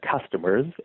customers